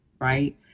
right